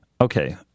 okay